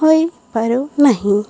ହୋଇପାରୁ ନାହିଁ